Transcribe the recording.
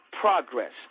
progress